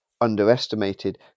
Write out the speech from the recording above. underestimated